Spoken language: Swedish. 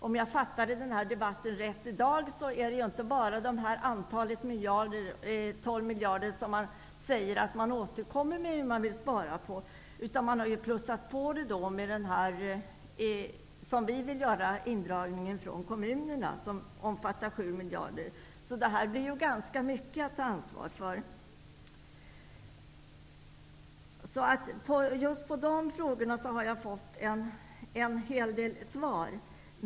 Om jag har förstått debatten i dag på rätt sätt, är det inte bara fråga om de 12 miljarderna, som Socialdemokraterna säger att de skall återkomma till när det gäller besparingar. De har även plussat på med den indragning som vi vill göra från kommunerna och som omfattar 7 miljarder. Detta blir alltså ganska mycket att ta ansvar för. Beträffande just dessa frågor har jag fått en hel del svar.